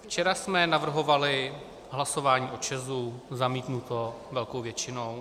Včera jsme navrhovali hlasování o ČEZu, zamítnuto velkou většinou.